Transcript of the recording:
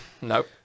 Nope